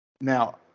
Now